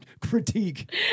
critique